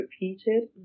repeated